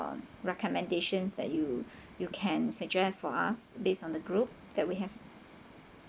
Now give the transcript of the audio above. recommendations that you you can suggest for us based on the group that we have